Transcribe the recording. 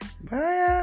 bye